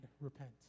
repent